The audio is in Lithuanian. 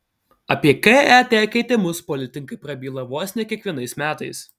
apie ket keitimus politikai prabyla vos ne kiekvienais metais